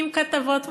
עם כתבות מחמיאות,